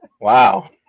Wow